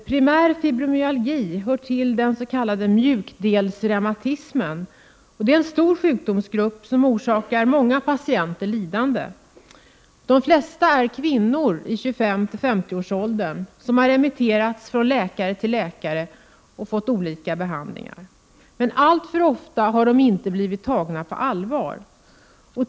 Primär fibromyalgi hör till den s.k. mjukdelsreumatismen, som är en stor sjukdomsgrupp som orsakar många patienter lidande. Patienterna är ofta kvinnor i 25-50-årsåldern, vilka remitterats från läkare till läkare och fått pröva olika behandlingar. Alltför ofta har de inte blivit tagna på allvar av läkarna.